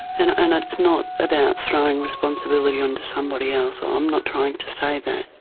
and and it's not about throwing responsibility onto somebody else, i'm not trying to say that,